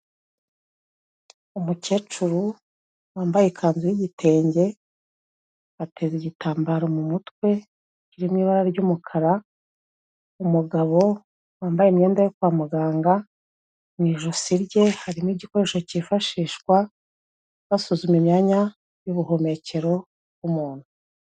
Umukecuru wambaye ikanzu y'igitenge ateza igitambaro mu mutwe, kiri mu ibara ry'umukara, umugabo wambaye imyenda yo kwa muganga, mu ijosi rye harimo igikoresho cyifashishwa basuzuma imyanya y'ubuhumekero bw'umuntu.